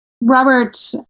Robert